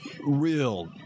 real